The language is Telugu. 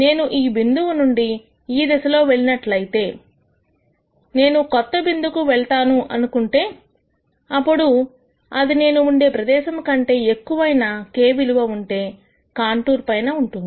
నేను ఈ బిందువు నుండి ఈ దిశలో వెళ్ళినట్లయితే నేను కొత్త బిందువు వెళ్లాను అనుకుందాము ఇప్పుడు అది నేను ఉండే ప్రదేశము కంటే ఎక్కువైన k విలువ ఉండే కాంటూర్ పైన ఉంటుంది